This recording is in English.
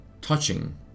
Touching